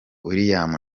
william